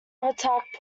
attack